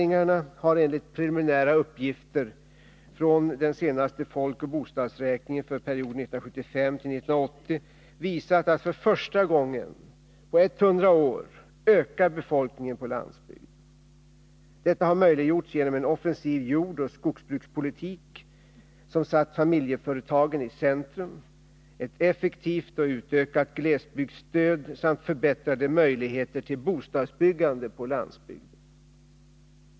ngarna har enligt preliminära uppgifter från den senaste folkoch bostadsräkningen för perioden 1975-1980 visat att för första gången på 100 år ökar befolkningen på landsbygden. Detta har möjliggjorts genom en offensiv jordoch skogsbrukspolitik som satt familjeföretagen i centrum, ett effektivt och utökat glesbygdsstöd samt förbättrade möjligheter till bostadsbyggande på landsbygden.